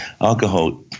Alcohol